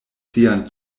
sian